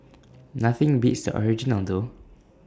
nothing beats the original though